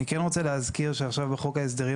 אני כן רוצה להזכיר שעכשיו בחוק ההסדרים